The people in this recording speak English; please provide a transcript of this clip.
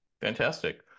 Fantastic